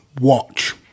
watch